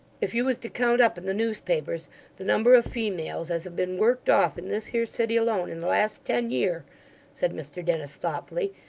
if you was to count up in the newspapers the number of females as have been worked off in this here city alone, in the last ten year said mr dennis thoughtfully,